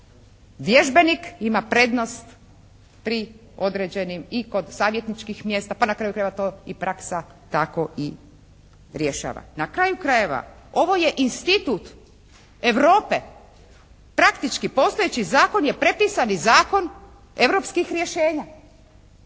vježbenik ima prednost pri određenih i kod savjetničkih mjesta, pa na kraju krajeva to i praksa tako i rješava. Na kraju krajeva, ovo je institut Europe. Praktički postojeći zakon je prepisani zakon europskih rješenja.